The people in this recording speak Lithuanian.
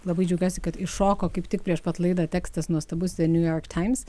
labai džiaugiuosi kad iššoko kaip tik prieš pat laidą tekstas nuostabus the new york times